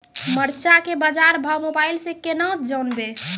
मरचा के बाजार भाव मोबाइल से कैनाज जान ब?